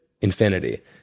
infinity